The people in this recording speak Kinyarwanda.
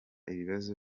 ibibazo